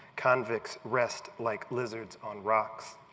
convex rest like lizards on rocks.